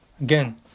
Again